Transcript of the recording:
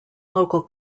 local